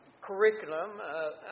curriculum